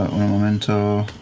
momento.